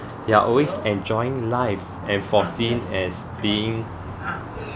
they are always enjoying life and foreseen as being